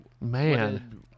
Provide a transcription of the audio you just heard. Man